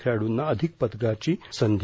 खेळाडूंना अधिक पदकाची संधी